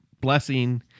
blessing